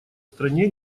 стране